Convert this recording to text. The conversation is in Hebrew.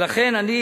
ולכן אני